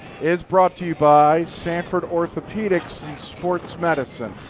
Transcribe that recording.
is brought to you by sanford orthopedics and sports medicine.